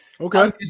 Okay